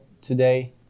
today